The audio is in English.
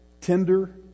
tender